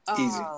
Easy